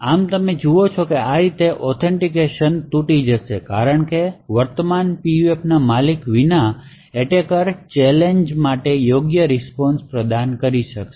આમ તમે જુઓ છો કે આ રીતે ઑથેનટીકેશન તૂટી જશે કારણ કે વર્તમાન PUFના માલિક વિના એટેકર ચેલેંજ માટે યોગ્ય રીસ્પોન્શ પ્રદાન કરી શકશે